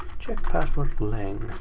checkpasswordlength.